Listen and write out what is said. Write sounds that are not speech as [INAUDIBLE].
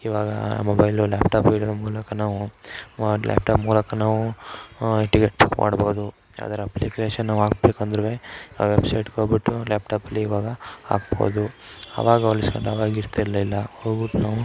ಇವಾಗ mobile laptop ಇದರ ಮೂಲಕ ನಾವು [UNINTELLIGIBLE] ಲ್ಯಾಪ್ ಟಾಪ್ ಮೂಲಕ ನಾವು ಟಿಕೆಟ್ ಬುಕ್ ಮಾಡಬಹುದು ಯಾವ್ದಾದ್ರೂ ಅಪ್ಲಿಕೇಷನ್ ನಾವು ಹಾಕ್ಬೇಕು ಅಂದ್ರುವೇ ಆ ವೆಬ್ಸೈಟ್ಗೆ ಹೋಗಿಬಿಟ್ಟು ಲ್ಯಾಪ್ ಟಾಪಲ್ಲಿ ಇವಾಗ ಹಾಕಬಹುದು ಅವಾಗ ಹೋಲಿಸ್ಕೊಂಡ್ರೆ ನಾವು ಹಾಗೆ ಇರ್ತಿರಲಿಲ್ಲ ಹೋಗ್ಬಿಟ್ಟು ನಾವು